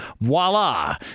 voila